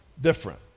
different